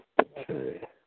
Okay